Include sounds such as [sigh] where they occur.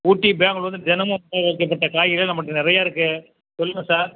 ஊட்டி பெங்களூர்ல இருந்து தினமும் [unintelligible] காய்கறிகள் நம்மகிட்ட நிறையா இருக்கு சொல்லுங்கள் சார்